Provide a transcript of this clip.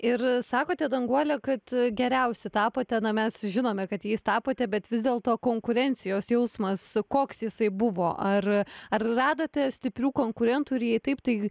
ir sakote danguole kad geriausi tapote na mes žinome kad jais tapote bet vis dėlto konkurencijos jausmas koks jisai buvo ar ar radote stiprių konkurentų ir jei taip tai